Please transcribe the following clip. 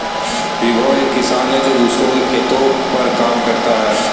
विभव एक किसान है जो दूसरों के खेतो पर काम करता है